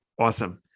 Awesome